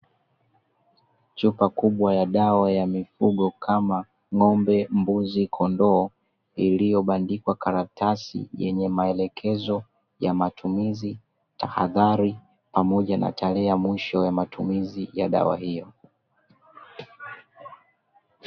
Chupa kubwa ya dawa ya mifugo kama ng'ombe, mbuzi, kondoo iliyobandikwa karatasi yenye maelekezo ya matumizi, tahadhari pamoja na tarehe ya mwisho ya matumizi ya dawa hiyo.